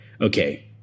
okay